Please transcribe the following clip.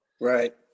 Right